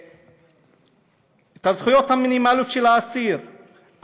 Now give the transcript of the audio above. את הזכויות המינימליות של אסיר,